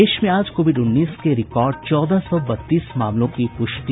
प्रदेश में आज कोविड उन्नीस के रिकॉर्ड चौदह सौ बत्तीस मामलों की पुष्टि